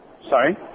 Sorry